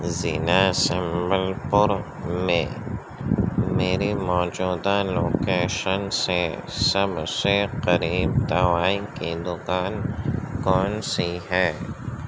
ضلع سنبل پور میں میری موجودہ لوکیشن سے سب سے قریب دوائی کی دکان کون سی ہے